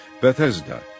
Bethesda